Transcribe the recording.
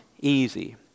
easy